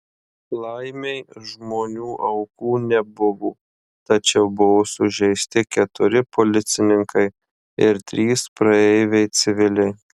laimei žmonių aukų nebuvo tačiau buvo sužeisti keturi policininkai ir trys praeiviai civiliai